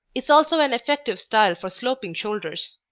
is also an effective style for sloping shoulders.